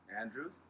Andrew